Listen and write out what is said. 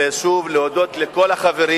ושוב להודות לכל החברים,